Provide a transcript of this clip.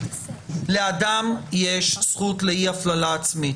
לאדם יש זכות לאי הפללה עצמית.